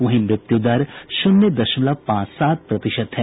वहीं मृत्यु दर शून्य दशमलव पांच सात प्रतिशत है